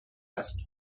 است